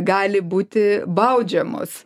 gali būti baudžiamos